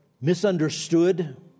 misunderstood